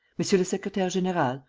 monsieur le secretaire-general,